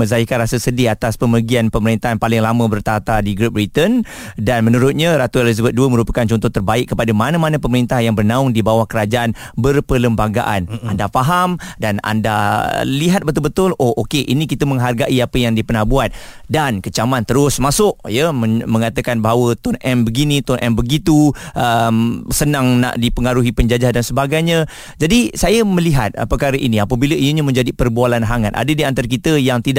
Menzahirkan rasa sedih atas pemergian pemerintahan paling lama bertatah di Great Britain. Dan menurutnya, Ratu Elizabeth II merupakan contoh terbaik kepada mana-mana pemerintah yang bernaung di bawah kerajaan berperlembagaan. Mm-mm. Anda faham dan anda lihat betul-betul, oh, okey, ini kita menghargai apa yang dia pernah buat. Dan kecaman terus masuk, ya, men- mengatakan bahawa Tun M begini, Tun M begitu, um, senang nak dipengaruhi penjajah dan sebagainya. Jadi, saya melihat, uh, perkara ini, apabila ianya menjadi perbualan hangat, ada di antara kita yang tidak